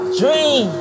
dream